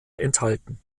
enthalten